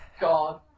God